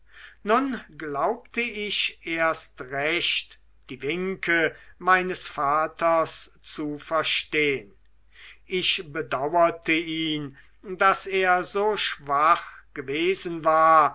nun glaubte ich erst recht die winke meines vaters zu verstehn ich bedauerte ihn daß er so schwach gewesen war